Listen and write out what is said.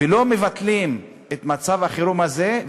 ולא מבטלים את מצב החירום הזה.